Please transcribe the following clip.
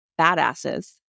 badasses